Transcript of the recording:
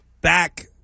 back